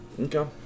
Okay